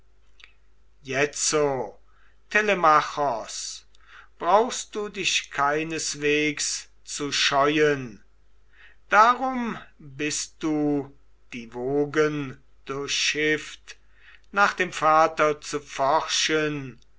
jetzo telemachos brauchst du dich keinesweges zu scheuen darum bist du die wogen durchschifft nach dem vater zu forschen